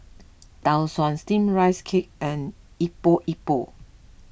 Tau Suan Steamed Rice Cake and Epok Epok